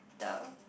the